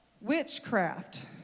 Witchcraft